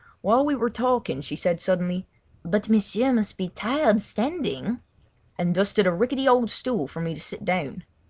while we were talking she said suddenly but m'sieur must be tired standing and dusted a rickety old stool for me to sit down.